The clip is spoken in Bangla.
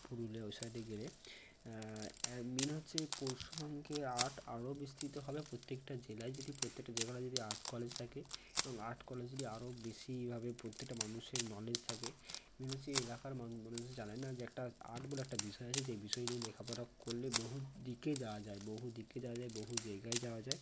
পুরুলিয়া ওই সাইডে গেলে মেন হচ্ছে এই পশ্চিমবঙ্গের আর্ট আরও বিস্তৃত হবে প্রত্যেকটা জেলায় যদি প্রত্যেকটা জায়গা যদি আর্ট কলেজ থাকে এবং আর্ট কলেজ নিয়ে আরও বেশি এইভাবে প্রত্যেকটা মানুষের নলেজ থাকে বিভিন্ন যে এলাকার মানুষ জানে না যে একটা আর্ট বলে একটা বিষয় আছে যে বিষয় নিয়ে লেখাপড়া করলে বহু দিকে যাওয়া যায় বহু দিকে যাওয়া যায় বহু জায়গায় যাওয়া যায়